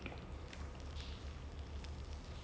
and then james starred in Jayam ravi